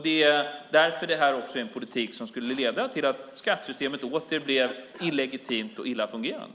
Det är därför det här också är en politik som skulle leda till att skattesystemet åter blev illegitimt och illa fungerande.